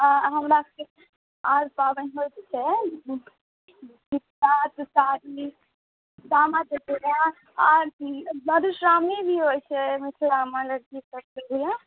हमरासब आओर पाबनि होइ छै जितिआ तुसारी सामा चकेबा आओर कि मधुश्रावणी भी होइ छै एहिमे सोहागिन लड़की सबके लिए